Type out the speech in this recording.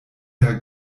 herr